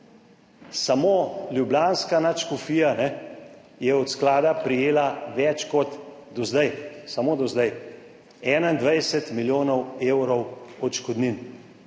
Samo ljubljanska nadškofija je od sklada prejela več kot do zdaj, samo do zdaj 21 milijonov evrov odškodnin.